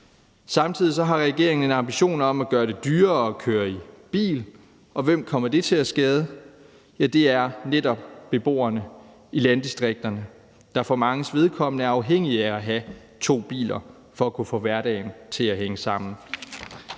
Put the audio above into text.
Samtidig har regeringen en ambition om at gøre det dyrere at køre i bil, og hvem kommer det til at skade? Ja, det er netop beboerne i landdistrikterne, der for manges vedkommende er afhængige af at have to biler for at kunne få hverdagen til at hænge sammen.